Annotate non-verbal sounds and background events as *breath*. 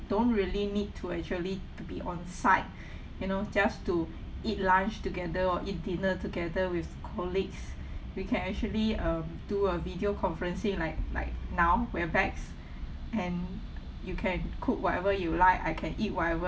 don't really need to actually to be on site *breath* you know just to eat lunch together or eat dinner together with colleagues we can actually um do a video conferencing like like now webax and you can cook whatever you like I can eat whatever